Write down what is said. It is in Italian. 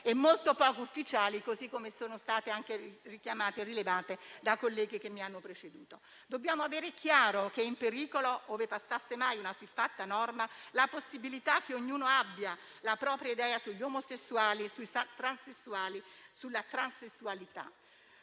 e molto poco ufficiali, così com'è stato anche rilevato da colleghi che mi hanno preceduto. Dobbiamo avere chiaro che, ove passasse mai una siffatta norma, sarebbe in pericolo la possibilità che ognuno abbia la propria idea sugli omosessuali e sui transessuali, sulla transessualità.